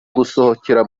gusohokera